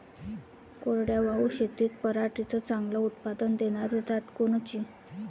कोरडवाहू शेतीत पराटीचं चांगलं उत्पादन देनारी जात कोनची?